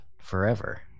forever